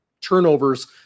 turnovers